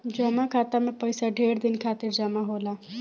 जमा खाता मे पइसा ढेर दिन खातिर जमा होला